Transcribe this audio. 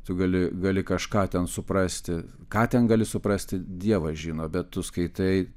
tu gali gali kažką ten suprasti ką ten gali suprasti dievas žino bet tu skaitai